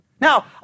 Now